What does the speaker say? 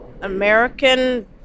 American